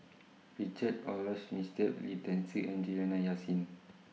Richard Olaf Winstedt Lee Deng See and Juliana Yasin